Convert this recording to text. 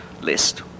list